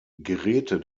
geräte